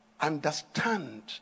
Understand